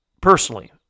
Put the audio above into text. personally